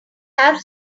have